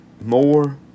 more